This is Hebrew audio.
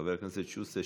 חבר הכנסת שוסטר,